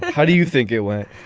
how do you think it went.